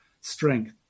strength